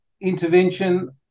intervention